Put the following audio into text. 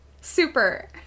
Super